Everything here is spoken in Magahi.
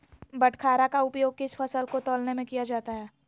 बाटखरा का उपयोग किस फसल को तौलने में किया जाता है?